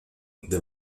the